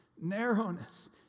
narrowness